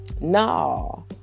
No